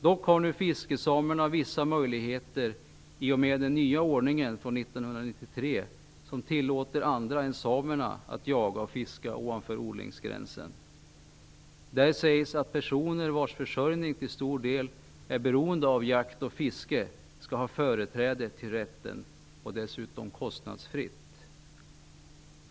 Dock har nu fiskesamerna vissa möjligheter i och med den nya ordningen från 1993, som tillåter andra än samerna att jaga och fiska ovanför odlingsgränsen. Där sägs att personer vars försörjning till stor del är beroende av jakt och fiske skall ha företräde till rätten och det skall dessutom vara kostnadsfritt.